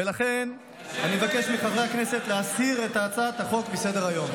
ולכן אני מבקש מחברי הכנסת להסיר את הצעת החוק מסדר-היום.